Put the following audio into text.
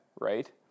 right